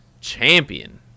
champion